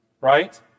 right